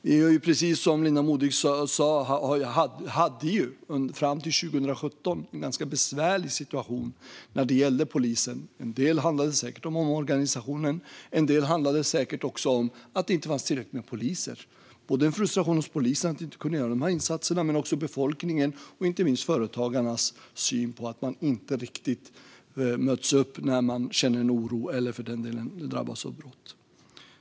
Vi hade, som Linda Modig sa, fram till 2017 en ganska besvärlig situation när det gällde polisen. En del handlade säkert om omorganisationen. En del handlade säkert om att det inte fanns tillräckligt med poliser. Det skapade frustration hos polisen över att inte kunna göra insatserna men också hos befolkningen. Det gäller inte minst företagarnas syn på att de inte riktigt möts upp när de känner en oro för eller för den delen drabbas av brott.